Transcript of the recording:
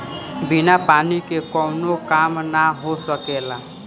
बिना पानी के कावनो काम ना हो सकेला